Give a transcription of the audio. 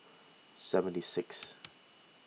seventy sixth